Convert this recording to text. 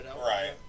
Right